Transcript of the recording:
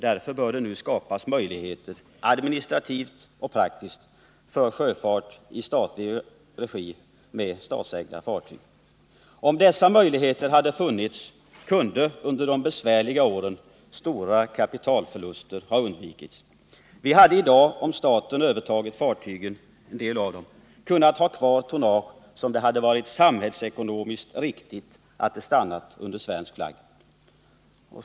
Därför bör det nu skapas möjligheter — administrativt och praktiskt — för sjöfart i statlig regi med statsägda fartyg. Om dessa möjligheter hade funnits, kunde under de besvärliga åren stora kapitalförluster ha undvikits. Om staten hade övertagit en del av fartygen, kunde vi i dag ha haft kvar tonnage som det hade varit samhällsekonomiskt riktigt att ha under svensk flagg.